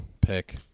pick